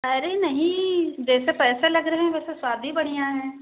अरे नहीं जैसे पैसे लग रहे हैं वैसे स्वाद भी बढ़ियाँ है